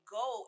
go